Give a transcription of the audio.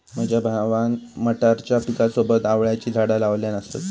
माझ्या भावान मटारच्या पिकासोबत आवळ्याची झाडा लावल्यान असत